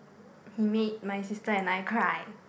he made my sister and I cry